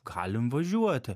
galim važiuoti